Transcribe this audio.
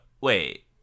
Wait